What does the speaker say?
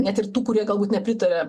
net ir tų kurie galbūt nepritaria